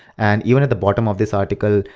and even at the bottom of this article,